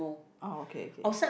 oh okay okay